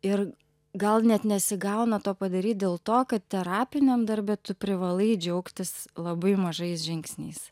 ir gal net nesigauna to padaryt dėl to kad terapiniam darbe tu privalai džiaugtis labai mažais žingsniais